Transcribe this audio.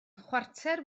chwarter